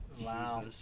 Wow